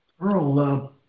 Earl